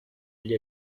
gli